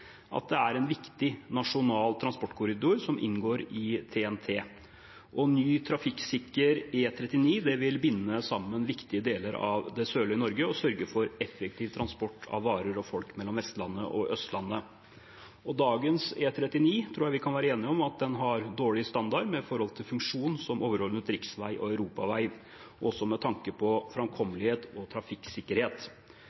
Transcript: at det er en viktig nasjonal transportkorridor som inngår i NTP. Ny, trafikksikker E39 vil binde sammen viktige deler av det sørlige Norge og sørge for effektiv transport av varer og folk mellom Vestlandet og Østlandet. Dagens E39 tror jeg vi kan være enige om at har dårlig standard med hensyn til sin funksjon som overordnet riksvei og europavei, også med tanke på